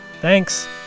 Thanks